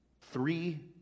Three